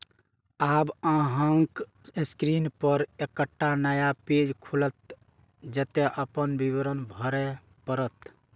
आब अहांक स्क्रीन पर एकटा नया पेज खुलत, जतय अपन विवरण भरय पड़त